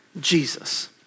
Jesus